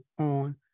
on